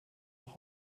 noch